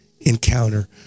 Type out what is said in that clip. encounter